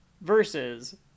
versus